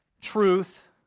truth